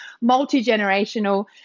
multi-generational